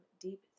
deep